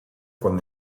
con